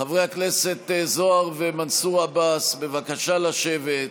חברי הכנסת זוהר ומנסור עבאס, בבקשה לשבת.